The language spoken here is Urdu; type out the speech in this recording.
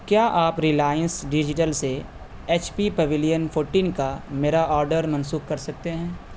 کیا آپ ریلائنس ڈیجیٹل سے ایچ پی پویلین فوٹٹین کا میرا آڈر منسوخ کر سکتے ہیں